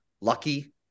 lucky